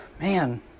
man